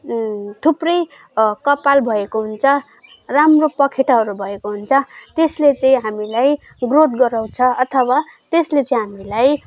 थुप्रै कपाल भएको हुन्छ राम्रो पखेटाहरू भएको हुन्छ त्यसले चाहिँ हामीलाई ग्रोथ गराउँछ अथवा त्यसले चाहिँ हामीलाई